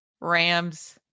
Rams